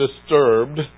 disturbed